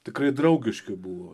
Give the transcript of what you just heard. tikrai draugiški buvo